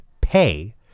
pay